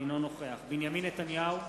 אינו נוכח בנימין נתניהו,